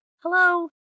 Hello